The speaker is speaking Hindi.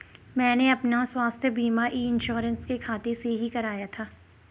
मैंने अपना स्वास्थ्य बीमा ई इन्श्योरेन्स के खाते से ही कराया था